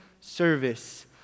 service